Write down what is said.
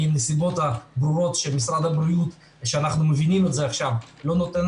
מהנסיבות הברורות שאנחנו מבינים עכשיו שמשרד הבריאות לא נותן